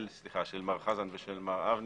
של מר חזן ומר אבני.